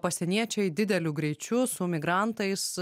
pasieniečiai dideliu greičiu su migrantais